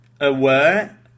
aware